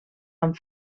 amb